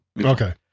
Okay